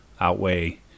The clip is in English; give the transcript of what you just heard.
outweigh